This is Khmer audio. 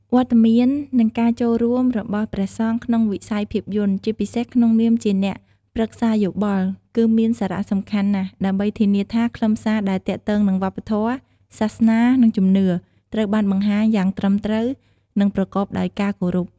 វត្តមាន និងការចូលរួមរបស់ព្រះសង្ឃក្នុងវិស័យភាពយន្ត ជាពិសេសក្នុងនាមជាអ្នកប្រឹក្សាយោបល់ គឺមានសារៈសំខាន់ណាស់ ដើម្បីធានាថាខ្លឹមសារដែលទាក់ទងនឹងវប្បធម៌ សាសនា និងជំនឿ ត្រូវបានបង្ហាញយ៉ាងត្រឹមត្រូវ និងប្រកបដោយការគោរព។